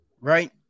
right